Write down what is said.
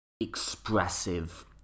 expressive